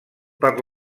per